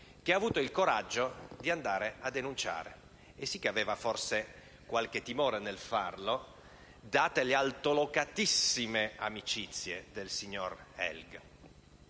che ha avuto il coraggio di andare a denunciare (e sì che aveva forse qualche timore nel farlo, date le altolocatissime amicizie del signor Helg).